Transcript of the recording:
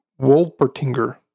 Wolpertinger